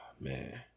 Man